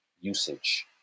usage